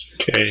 okay